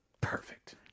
perfect